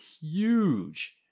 huge